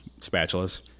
spatulas